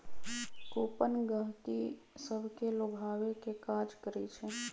coupon गहकि सभके लोभावे के काज करइ छइ